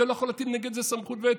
אתה לא יכול להטיל נגד זה סמכות וטו,